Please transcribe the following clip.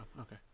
Okay